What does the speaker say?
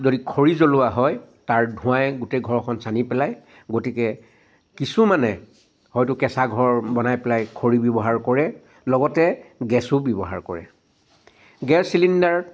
যদি খৰী জ্বলোৱা হয় তাৰ ধোৱাই গোটেই ঘৰখন চানি পেলায় গতিকে কিছুমানে হয়তো কেচা ঘৰ বনাই পেলাই খৰী ব্যৱহাৰ কৰে লগতে গেছো ব্যৱহাৰ কৰে গেছ চিলিণ্ডাৰ